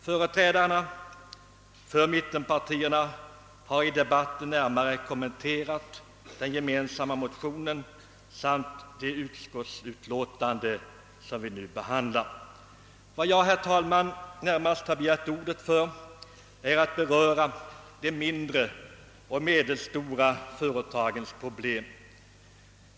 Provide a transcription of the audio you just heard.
Företrädarna för mittenpartierna har i debatten närmare kommenterat ifrågavarande motioner liksom utskottsutlåtandena. Jag skall för min del inte gå närmare in på vare sig motionerna eller utlåtandena utan har närmast begärt ordet för att något beröra de mindre och medelstora företagens problem.